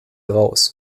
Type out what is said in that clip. raus